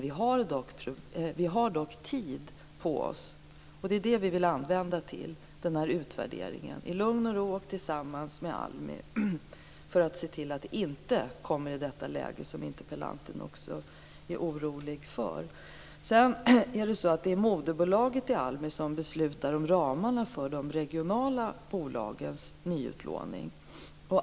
Vi har dock tid på oss, och det är den vi vill använda till en utvärdering - i lugn och ro och tillsammans med ALMI - för att se till att inte komma i det läge som interpellanten är orolig för. Sedan är det moderbolaget i ALMI som beslutar om ramarna för de regionala bolagens nyutlåning.